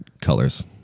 colors